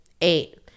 eight